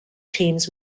teams